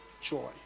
Joy